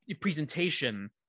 presentation